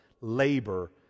labor